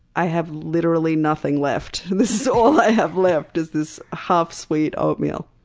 i have literally nothing left. this is all i have left, is this half-sweet oatmeal.